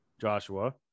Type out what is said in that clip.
Joshua